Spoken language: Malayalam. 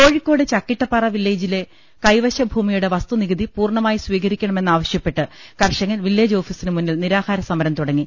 കോഴിക്കോട്ട് ചക്കിട്ടപ്പാറ വില്ലേജിലെ കൈവശ ഭൂമിയുടെ വസ്തുനികുതി പൂർണമായി സ്വീകരിക്കണമെന്ന് ആവശ്യപ്പെട്ട് കർഷകൻ വില്ലേജ് ഓഫീസിനു മുന്നിൽ നിരാഹാരസമരം തുട ങ്ങി